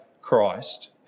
Christ